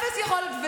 אפס יכולת.